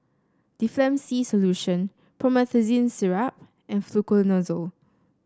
Difflam C Solution Promethazine Syrup and Fluconazole